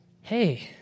hey